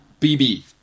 BB